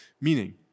meaning